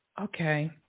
Okay